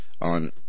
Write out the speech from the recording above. On